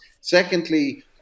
Secondly